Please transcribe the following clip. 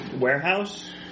warehouse